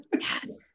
Yes